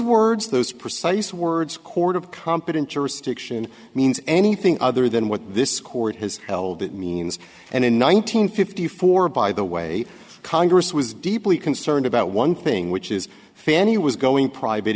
words those precise words court of competent jurisdiction means anything other than what this court has held it means and in one thousand nine hundred fifty four by the way congress was deeply concerned about one thing which is fannie was going private